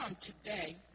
today